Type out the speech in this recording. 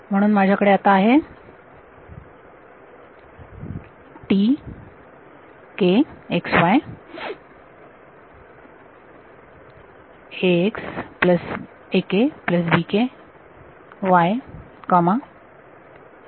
म्हणून माझ्याकडे आता आहे बरोबर